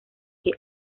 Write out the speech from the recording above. que